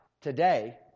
today